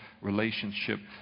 relationship